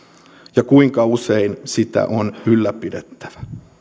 ja se kuinka usein sitä on ylläpidettävä